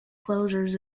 closures